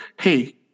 Hey